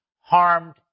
harmed